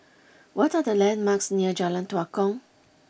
what are the landmarks near Jalan Tua Kong